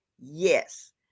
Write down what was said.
yes